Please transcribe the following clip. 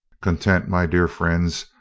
content, my dear friends,